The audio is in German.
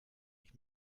ich